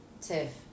Tiff